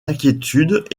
inquiétudes